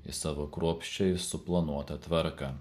į savo kruopščiai suplanuotą tvarką